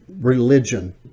religion